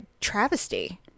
travesty